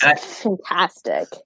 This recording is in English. fantastic